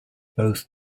both